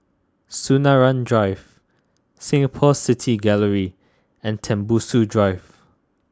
Sinaran Drive Singapore City Gallery and Tembusu Drive